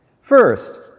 First